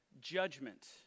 Judgment